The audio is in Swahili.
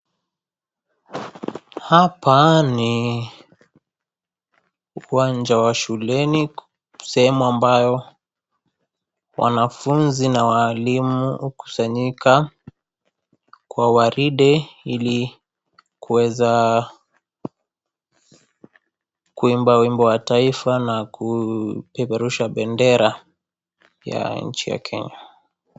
Hapa ni uwanja wa shuleni sehemu ambayo wanfunzi na walimu hukusanyika kwa gwaride ili kuweza kuimba wimbo wa taifa na kupeperusha bendera ya nchi ya Kenya.